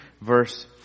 verse